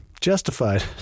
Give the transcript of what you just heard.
Justified